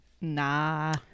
Nah